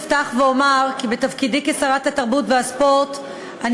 אפתח ואומר כי בתפקידי כשרת התרבות והספורט אני